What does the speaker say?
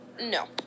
No